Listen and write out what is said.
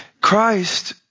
Christ